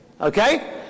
Okay